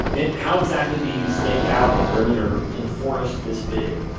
and how exactly do you stake out a perimeter in a forest this big?